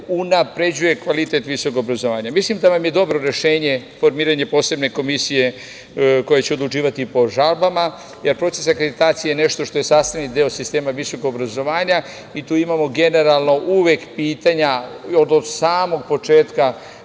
unapređuje kvalitet visokog obrazovanja. Mislim da vam je dobro rešenje formiranje posebne komisije koja će odlučivati po žalbama, jer proces akreditacije je nešto što je sastavni deo sistema visokog obrazovanja i tu imamo generalno uvek pitanja. Od samog početka